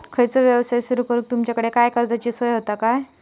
खयचो यवसाय सुरू करूक तुमच्याकडे काय कर्जाची सोय होता काय?